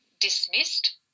dismissed